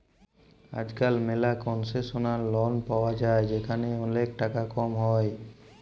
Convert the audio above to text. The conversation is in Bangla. আজকাল ম্যালা কনসেশলাল লল পায়া যায় যেখালে ওলেক টাকা কম হ্যয়